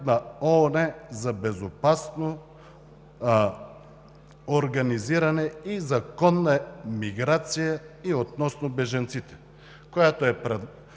на ООН за безопасно организиране и законна миграция и относно бежанците, която е приета,